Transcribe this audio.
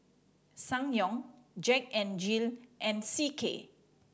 Ssangyong Jack N Jill and C K